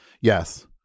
Yes